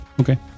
Okay